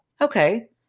Okay